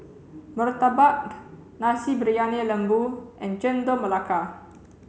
Murtabak Nasi Briyani Lembu and Chendol Melaka